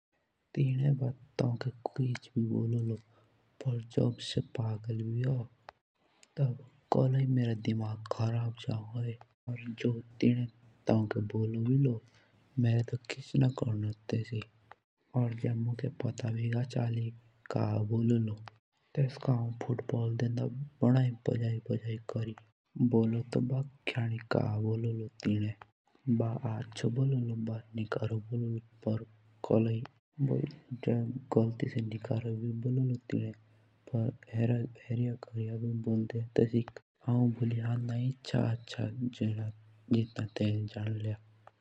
तीने बा ताहुनके किछ भी बोलो लो पर जब सो पागल भी होन तब कोली मेरा दिमाग खराब भी होन। और जो तीने दा तोनके किछ भी बोलो लो मेरे तो किछ ना कोर्नो तेत लेई जे मोके पता भी ग चालि तब टेस्टा आओन फूट बोल्ल देन्दा भनि।